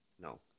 No